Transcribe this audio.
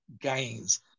gains